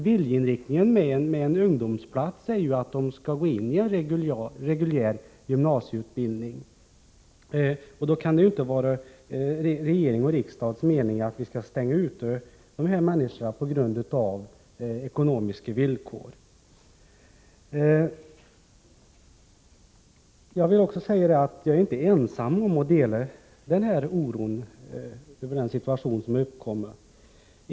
Viljeinriktningen då man skapade ungdomsplatserna var att ungdomarna skulle gå in i en reguljär gymnasieutbildning. Då kan det inte vara regeringens och riksdagens mening att vi skall stänga ute dessa människor på grund av ekonomiska problem. Jag är inte ensam om oron över den situation som har uppkommit.